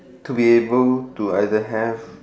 to be able to either have